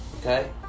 Okay